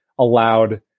Allowed